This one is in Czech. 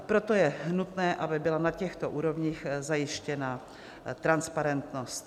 Proto je nutné, aby byla na těchto úrovních zajištěna transparentnost.